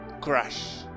crash